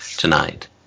tonight